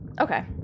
Okay